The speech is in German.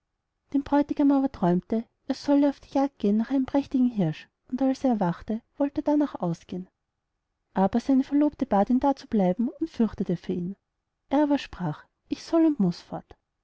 dem bräutigam aber träumte er solle auf die jagd gehen nach einem prächtigen hirsch und als er erwachte wollt er darnach ausgehen aber seine verlobte bat ihn da zu bleiben und fürchtete für ihn er aber sprach ich soll und muß fort